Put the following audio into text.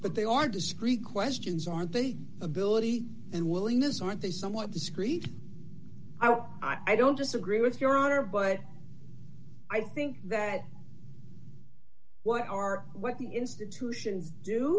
but they are discreet questions aren't they the ability and willingness aren't they somewhat discreet i don't disagree with your honor but i think that what our what the institutions do